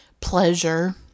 pleasure